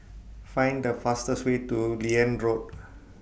Find The fastest Way to Liane Road